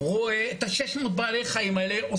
רואה את ה-600 בעלי חיים האלה.